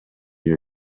your